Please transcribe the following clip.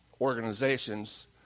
organizations